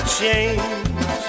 change